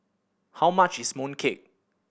how much is mooncake